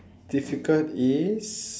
difficult is